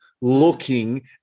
looking